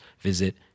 visit